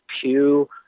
Pew